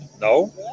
No